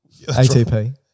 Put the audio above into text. ATP